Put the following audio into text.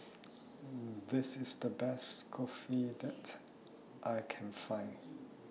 This IS The Best Kulfi that I Can Find